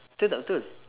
betul tak betul